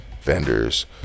vendors